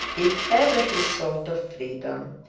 if ever he thought of freedom,